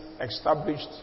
established